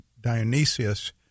Dionysius